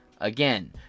Again